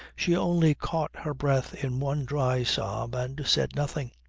she only caught her breath in one dry sob and said nothing,